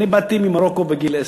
אני באתי ממרוקו בגיל עשר.